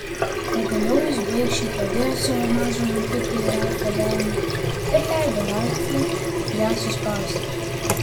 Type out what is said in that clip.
pagaliau jis baikščiai padėjo savo mažą rankutę į ralfo delną ir leido ralfui ją suspausti